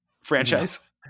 franchise